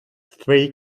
three